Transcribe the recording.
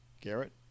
Garrett